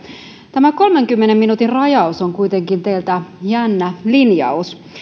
tämä kolmenkymmenen minuutin rajaus on kuitenkin teiltä jännä linjaus